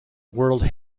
world